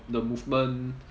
the movement